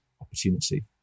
opportunity